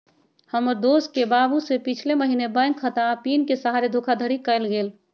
हमर दोस के बाबू से पिछले महीने बैंक खता आऽ पिन के सहारे धोखाधड़ी कएल गेल